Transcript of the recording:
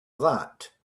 that